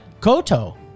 Koto